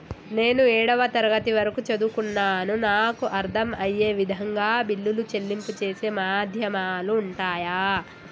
నేను ఏడవ తరగతి వరకు చదువుకున్నాను నాకు అర్దం అయ్యే విధంగా బిల్లుల చెల్లింపు చేసే మాధ్యమాలు ఉంటయా?